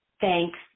Thanks